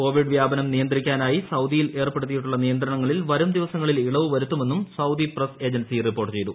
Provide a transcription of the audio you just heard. Covid വ്യാപനം നിയന്ത്രിക്കാനായി സൌദിയിൽ ഏർപ്പെടുത്തിയിട്ടുള്ള നിയന്ത്രണങ്ങളിൽ വരും ദിവസങ്ങളിൽ ഇളവു വരുത്തുമെന്നും സൌദി പ്രസ് ഏജൻസി റിപ്പോർട്ട് ചെയ്തു